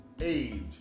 age